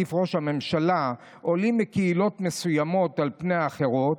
מעדיף ראש הממשלה עולים מקהילות מסוימות על פני האחרות,